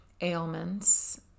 ailments